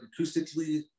acoustically